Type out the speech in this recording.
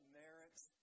merits